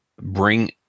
bring